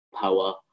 power